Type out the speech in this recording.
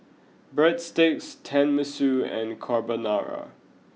breadsticks Tenmusu and Carbonara